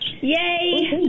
Yay